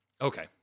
Okay